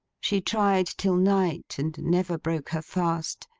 she tried till night, and never broke her fast.